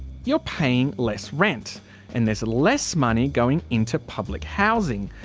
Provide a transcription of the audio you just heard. you're paying less rent and there's less money going into public housing.